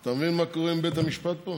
אתה מבין מה קורה עם בית המשפט פה?